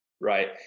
Right